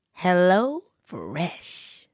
HelloFresh